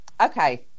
Okay